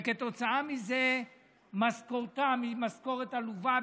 וכתוצאה מזה משכורתן היא משכורת עלובה,